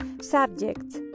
subject